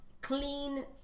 clean